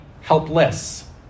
helpless